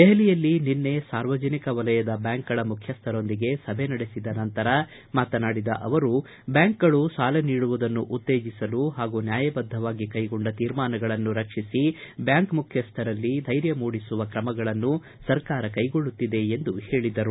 ದೆಹಲಿಯಲ್ಲಿ ನಿನ್ನೆ ಸಾರ್ವಜನಿಕ ವಲಯದ ಬ್ಯಾಂಕ್ಗಳ ಮುಖ್ಯಸ್ಥರೊಂದಿಗೆ ಸಭೆ ನಡೆಸಿದ ನಂತರ ಅವರು ಬ್ಯಾಂಕ್ಗಳು ಸಾಲ ನೀಡುವುದನ್ನು ಉತ್ತೇಜಿಸಲು ಹಾಗೂ ನ್ಯಾಯಬದ್ದವಾಗಿ ಕೈಗೊಂಡ ತೀರ್ಮಾನಗಳನ್ನು ರಕ್ಷಿಸಿ ಬ್ಹಾಂಕ್ ಮುಖ್ಯಸ್ಥರಲ್ಲಿ ಸ್ಟೈರ್ಯ ಮೂಡಿಸುವ ಕ್ರಮಗಳನ್ನು ಸರ್ಕಾರ ಕೈಗೊಳ್ಳುತ್ತಿದೆ ಎಂದು ಹೇಳಿದರು